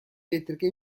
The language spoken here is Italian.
elettrica